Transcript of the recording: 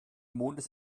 mondes